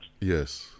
Yes